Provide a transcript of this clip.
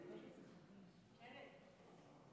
אדוני היושב-ראש,